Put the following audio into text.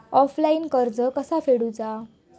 Offline कर्ज कसा फेडूचा?